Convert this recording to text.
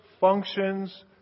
functions